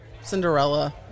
Cinderella